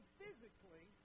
physically